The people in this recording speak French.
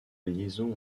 liaison